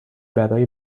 برای